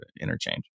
interchange